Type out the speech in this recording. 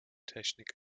technik